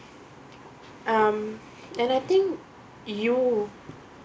um and I think you